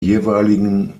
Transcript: jeweiligen